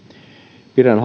pidän